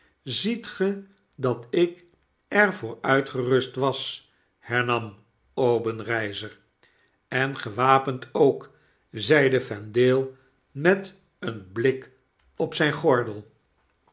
ziet ge dat ik er voor uitgerust was hernam obenreizer en gewapend ook zeide vendale met een blik op zyn gordel